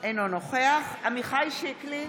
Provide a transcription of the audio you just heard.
אינו נוכח עמיחי שיקלי,